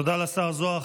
תודה לשר זוהר.